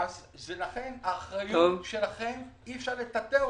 אז לכן האחריות שלכם אי-אפשר לטאטא אותה.